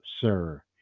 sir